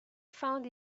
found